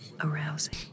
Arousing